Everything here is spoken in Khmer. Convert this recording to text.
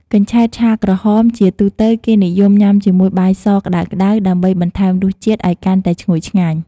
កញ្ឆែតឆាក្រហម ជាទូទៅគេនិយមញ៉ាំជាមួយ បាយស ក្តៅៗ ដើម្បីបន្ថែមរសជាតិឲ្យកាន់តែឈ្ងុយឆ្ងាញ់។